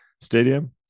stadium